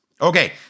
okay